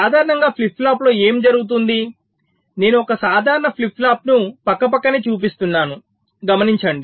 సాధారణంగా ఫ్లిప్ ఫ్లాప్లో ఏమి జరుగుతుంది నేను ఒక సాధారణ ఫ్లిప్ ఫ్లాప్ను పక్కపక్కనే చూపిస్తున్నాను గమనించండి